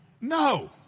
No